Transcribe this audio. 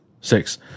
Six